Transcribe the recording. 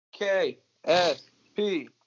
KSP